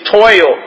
toil